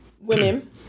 Women